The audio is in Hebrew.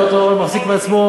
קוטלר מחזיק מעצמו,